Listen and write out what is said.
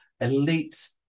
elite